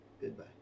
Goodbye